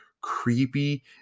creepy